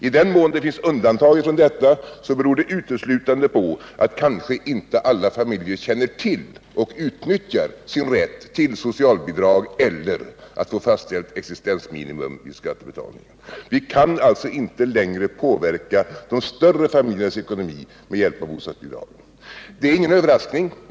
I den mån det finns undantag från detta beror det uteslutande på att kanske inte alla familjer känner till och utnyttjar sin rätt till socialbidrag eller till att få fastställt existensminimum vid skattebetalningen. Vi kan alltså inte längre påverka de större familjernas ekonomi med hjälp av bostadsbidragen. Det är ingen överraskning.